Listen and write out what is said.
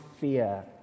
fear